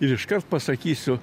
ir iškart pasakysiu